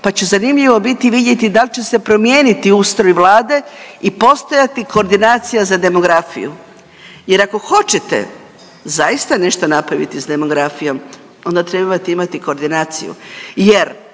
pa će zanimljivo biti vidjeti da li će se promijeniti ustroj Vlade i postojati koordinacija za demografiju jer ako hoćete zaista nešto napraviti s demografijom onda trebate imati koordinaciju jer